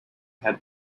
had